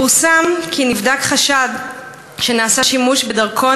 פורסם כי נבדק חשד שנעשה שימוש בדרכון